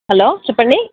hello చెప్పండి